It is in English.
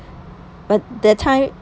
but that time